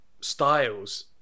styles